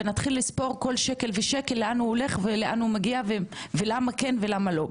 ונתחיל לספור כל שקל ושקל לאין הוא הולך ולאן הוא מגיע ולמה כן ולמה לא,